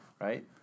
right